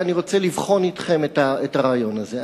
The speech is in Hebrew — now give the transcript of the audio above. ואני רוצה לבחון אתכם את הרעיון הזה.